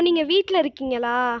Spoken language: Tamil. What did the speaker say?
நீங்கள் வீட்டில் இருக்கீங்களா